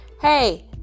hey